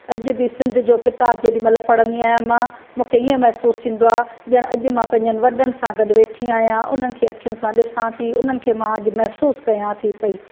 अॼ बि सिंध जो किताबु जेॾी महिल पढंदी आहियां मां मूंखे हीअं महसूस थींदो आ ॼाण अॼु मां पंहिंजनि वॾनि सां गॾु वेठी आहियां उन्हनि खे आखियुनि सां ॾिसां थी उन्हनि खे मां अॼु महसूसु कयां थी पई